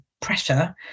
pressure